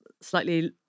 slightly